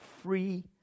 free